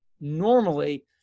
normally